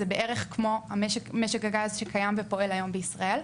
זה בערך כמו משק הגז שקיים ופועל היום בישראל.